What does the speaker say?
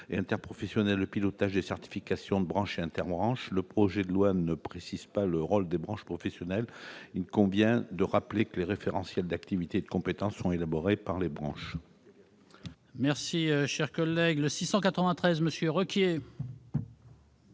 et interprofessionnel, le pilotage des certifications de branche et interbranches. Or le projet de loi ne précise pas le rôle des branches professionnelles. Il convient donc de rappeler que les référentiels d'activité et de compétences sont élaborés par les branches. L'amendement n° 693 rectifié,